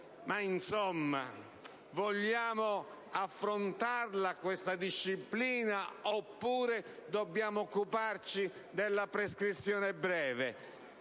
Insomma, vogliamo affrontare questa disciplina, oppure dobbiamo occuparci della prescrizione breve?